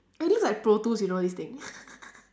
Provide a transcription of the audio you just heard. it looks like pro tools you know this thing